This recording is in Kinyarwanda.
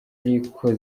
ariko